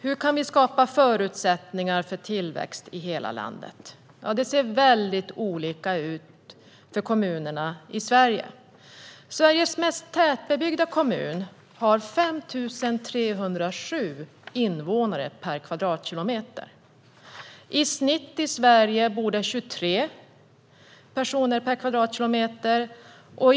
Hur kan vi skapa förutsättningar för tillväxt i hela landet? Det ser väldigt olika ut för kommunerna i Sverige. Sveriges mest tätbebyggda kommun har 5 307 invånare per kvadratkilometer. I snitt bor det 23 personer per kvadratkilometer i Sverige.